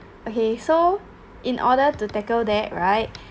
okay so in order to tackle there right